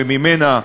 שממנה,